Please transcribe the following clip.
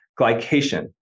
glycation